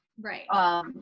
Right